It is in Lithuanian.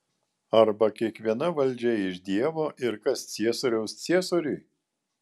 arba kiekviena valdžia iš dievo ir kas ciesoriaus ciesoriui